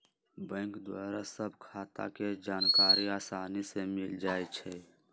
bank द्वारा सभ खता के जानकारी असानी से मिल जाइ छइ